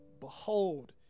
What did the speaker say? Behold